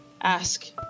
ask